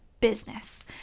business